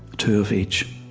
two of each,